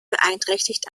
beeinträchtigt